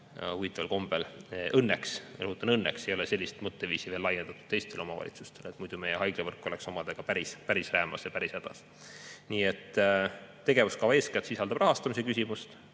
Huvitaval kombel õnneks – rõhutan, õnneks! – ei ole sellist mõtteviisi veel laiendatud teistele omavalitsustele, muidu meie haiglavõrk oleks omadega päris räämas ja päris hädas. Nii et tegevuskava eeskätt sisaldab rahastamise küsimust,